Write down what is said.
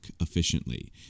efficiently